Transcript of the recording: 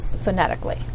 phonetically